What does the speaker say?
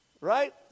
Right